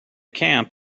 camp